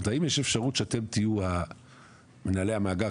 האם יש אפשרות שאתם תהיו מנהלי המאגר,